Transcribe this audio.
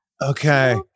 Okay